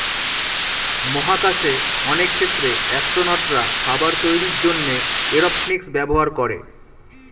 মহাকাশে অনেক ক্ষেত্রে অ্যাসট্রোনটরা খাবার তৈরির জন্যে এরওপনিক্স ব্যবহার করে